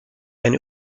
eine